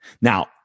Now